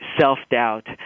self-doubt